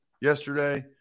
yesterday